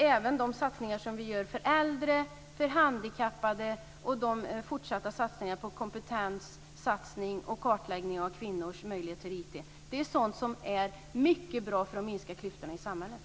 Även de satsningar som vi gör för äldre, för handikappade och de fortsatta satsningar som vi gör på kompetens och kartläggning av kvinnors möjlighet till IT är sådant som är mycket bra för att minska klyftorna i samhället.